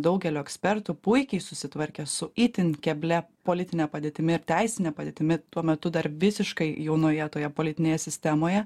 daugelio ekspertų puikiai susitvarkė su itin keblia politine padėtimi ir teisine padėtimi tuo metu dar visiškai jaunoje toje politinėje sistemoje